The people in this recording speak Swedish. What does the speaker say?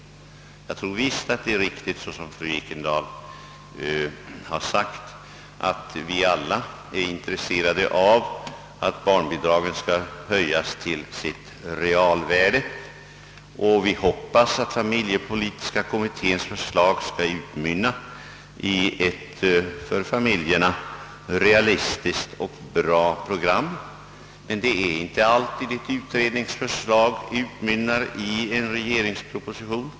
Det är alldeles riktigt som fru Ekendahl säger, att vi alla är intresserade av att barnbidraget skall höjas till sitt realvärde. Vi hoppas att familjepolitiska kommitténs förslag skall utmynna i ett för familjerna realistiskt och bra program. Ett utredningsförslag föranleder dock inte alltid en regeringsproposition.